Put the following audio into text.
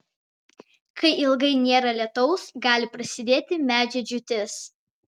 kai ilgai nėra lietaus gali prasidėti medžio džiūtis